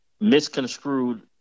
misconstrued